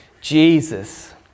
Jesus